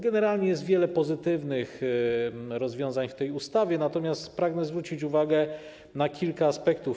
Generalnie jest wiele pozytywnych rozwiązań w tej ustawie, natomiast pragnę zwrócić uwagę na kilka aspektów.